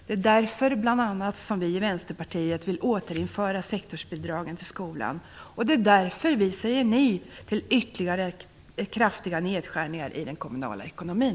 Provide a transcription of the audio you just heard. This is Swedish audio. Det är bl.a. därför Vänsterpartiet vill återinföra sektorsbidraget till skolan. Det är därför vi säger nej till ytterligare förslag om kraftiga nedskärningar i den kommunala ekonomin.